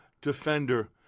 defender